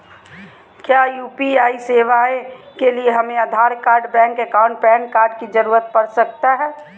क्या यू.पी.आई सेवाएं के लिए हमें Aadhaar card bank account PAN card की जरूरत पड़ सकता है?